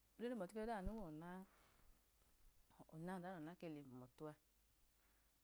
Iyawu kafulẹyi num yẹ, ngọ-ujegawa ẹgọ o̱nku kum, oga bijiyum ino̱kpa, num nyọ ẹgumu, ọnku kum nya ke wupastọ, ngẹ gunu a oke lemun tu nọkpa a bọti nle taɓọ nga chen, e ga kwum nmabọ wukanu, nwukanu a nga gunọkpa ligii ẹnum ge yufinu nowunu pii a ga gbo num ukanu a, eko ga kenun nmabọ ga otikpo anamya, n nmotukpo ama nya kpọ a, nka gale tẹgoyinem kaduna eko ọma nkla nkla gbee bẹ kehayi ẹmla eko ọma num ga kla gbee a, so ọyinẹm ma eka gu kenu chale nmukaduma a, ga otukpo nka ga ga otukpom nmu, ga otukpo nkla be kichayi emla a nka nyẹ kpọ ngale tubauchi steti ẹgọ